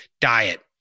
diet